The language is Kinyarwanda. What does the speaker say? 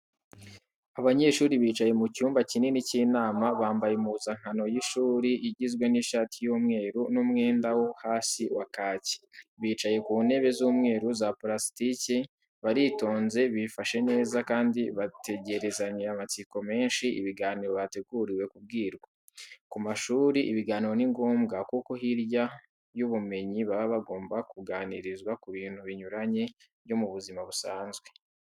Abanyeshuri bicaye mu cyumba kinini cy'inama. Bambaye impuzankano y'ishuri igizwe n'ishati y'umweru n'umwenda wo hasi wa kaki. Bicaye ku ntebe z'umweru za purasitiki. Baritonze, bifashe neza kandi bategerezanye amatsiko menshi ibiganiro bateguriwe kubwirwa. Ku mashuri ibiganiro ni ngombwa kuko hirya y'ubumenyi baba bagomba kuganirizwa ku bintu binyuranye byo mu buzima busanzwe.